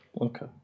Okay